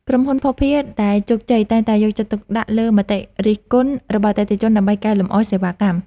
ក្រុមហ៊ុនភស្តុភារដែលជោគជ័យតែងតែយកចិត្តទុកដាក់លើមតិរិះគន់របស់អតិថិជនដើម្បីកែលម្អសេវាកម្ម។